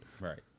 Right